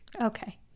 Okay